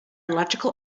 illogical